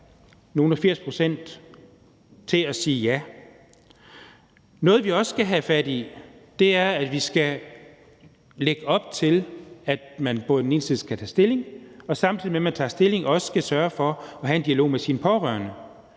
nogle og firs procent til at sige ja. Noget, vi også skal have fat i, er, at vi skal lægge op til, at man både skal tage stilling, og at man, samtidig med at man tager stilling, også skal sørge for at have en dialog med sine pårørende.